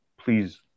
Please